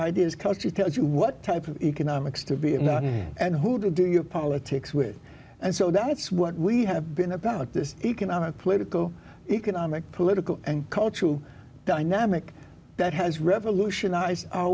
culture tells you what type of economics to be and who to do your politics with and so that's what we have been about this economic political economic political and cultural dynamic that has revolutionized our